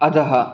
अधः